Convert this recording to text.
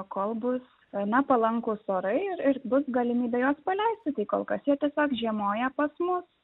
kol bus na palankūs orai ir ir bus galimybė juos paleisti tai kol kas jie tiesiog žiemoja pas mus